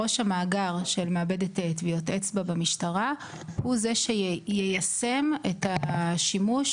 ראש המאגר של מעבדת טביעות אצבע במשטרה הוא זה שיישם את השימוש